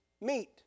meet